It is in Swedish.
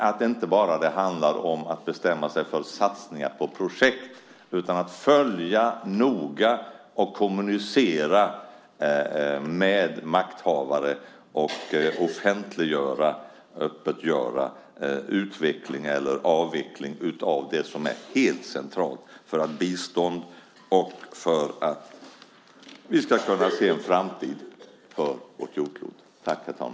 Det handlar inte bara om att bestämma sig för satsningar på projekt utan om att följa noga, kommunicera med makthavare, offentliggöra, och att främja utveckling eller avveckling av det som är helt centralt. Det behövs för biståndet och för att vi ska kunna se en framtid för vårt jordklot.